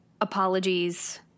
apologies